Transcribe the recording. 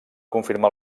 confirmar